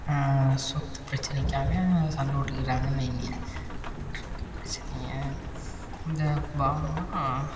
சொத்து பிரச்சனைக்காக சண்டை போட்டுக்கிறாங்கன்னு வைங்க அந்த சொத்து பிரச்சனையை இந்த பாகமாக